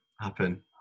happen